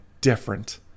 different